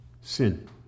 sin